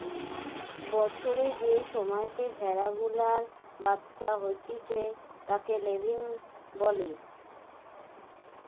বছরের যে সময়তে ভেড়া গুলার বাচ্চা হতিছে তাকে ল্যাম্বিং বলে